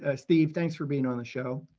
ah steve, thanks for being on the show.